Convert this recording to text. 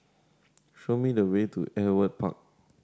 show me the way to Ewart Park